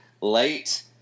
late